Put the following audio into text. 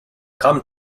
come